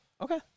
Okay